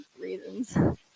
reasons